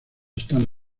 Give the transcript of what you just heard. están